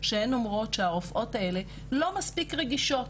שהן אומרות שהרופאות האלה לא מספיק רגישות,